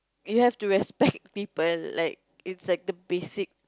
you have to respect people like it's like the basic